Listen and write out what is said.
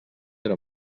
era